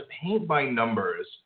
paint-by-numbers